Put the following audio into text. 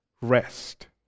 rest